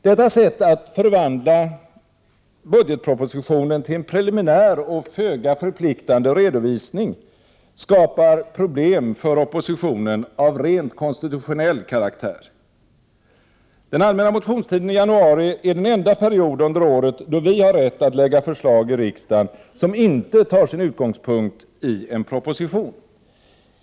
Detta sätt att förvandla budgetpropositionen till en preliminär och föga förpliktande redovisning skapar problem för oppositionen av rent konstitutionell karaktär. Den allmänna motionstiden i januari är den enda period under året då vi har rätt att lägga fram förslag i riksdagen, som inte tar sin utgångspunkt i en proposition.